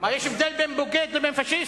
מה, יש הבדל בין בוגד לבין פאשיסט?